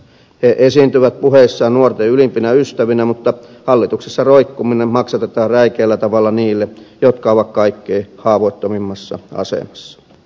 he esiintyvät puheissaan nuorten ylimpinä ystävinä mutta hallituksessa roikkuminen maksatetaan räikeällä tavalla niillä jotka ovat kaikkein haavoittuvimmassa asemassa